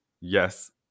yes